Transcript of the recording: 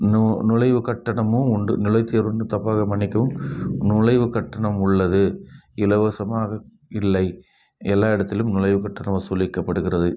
நு நுழைவுக் கட்டணமும் உண்டு நுழைவுத்தேர்வுன்னு தப்பாக மன்னிக்கவும் நுழைவுக் கட்டணம் உள்ளது இலவசமாக இல்லை எல்லா இடத்திலும் நுழைவுக் கட்டணம் வசூலிக்கப்படுகிறது